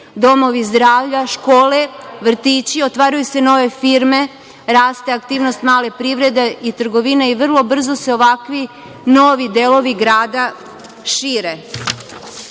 domovi zdravlja, škole, vrtići, otvaraju se nove firme, raste aktivnost male privrede i trgovine i vrlo brzo se ovakvi novi delovi grada šire. Danas